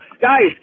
guys